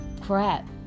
crap